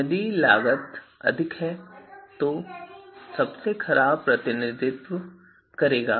यदि लागत अधिक है तो यह सबसे खराब स्थिति का प्रतिनिधित्व करेगा